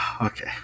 Okay